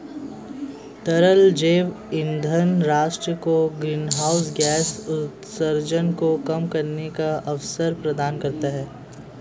तरल जैव ईंधन राष्ट्र को ग्रीनहाउस गैस उत्सर्जन को कम करने का अवसर प्रदान करता है